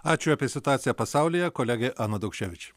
ačiū apie situaciją pasaulyje kolegė ana daukševič